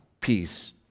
peace